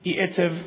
היא עצב עמוק.